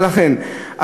ולכן,